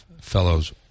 fellows